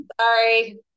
sorry